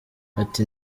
ati